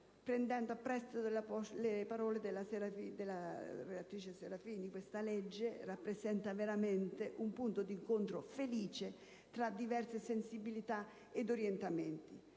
prendendo a prestito le parole della relatrice, collega Serafini. Questa legge rappresenta veramente un punto di incontro felice tra diverse sensibilità ed orientamenti.